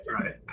right